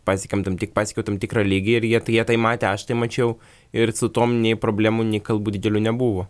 pasiekėm tam tik pasiekiau tam tikrą lygį ir jie tai jie tai matė aš tai mačiau ir su tuom nei problemų nei kalbų didelių nebuvo